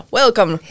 welcome